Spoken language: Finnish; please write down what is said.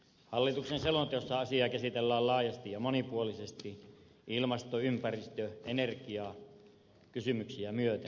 hallituksen selonteossa asiaa käsitellään laajasti ja monipuolisesti ilmasto ympäristö ja energiakysymyksiä myöten